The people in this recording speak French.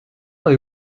avez